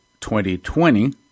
2020